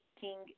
king